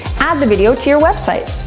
add the video to your website.